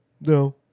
no